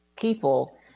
people